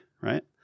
right